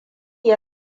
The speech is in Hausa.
ya